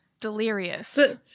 delirious